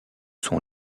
sont